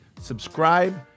subscribe